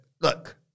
look